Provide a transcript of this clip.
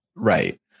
Right